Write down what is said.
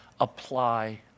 apply